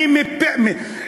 אני רוצה ששרת הבריאות,